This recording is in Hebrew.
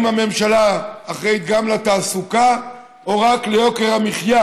הממשלה אחראית גם לתעסוקה או רק ליוקר המחיה.